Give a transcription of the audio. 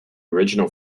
original